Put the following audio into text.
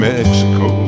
Mexico